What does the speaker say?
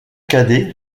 cadet